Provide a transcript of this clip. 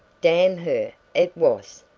damn her, it was!